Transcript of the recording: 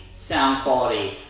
sound quality.